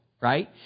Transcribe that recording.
right